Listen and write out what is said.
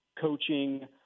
coaching